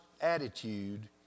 attitude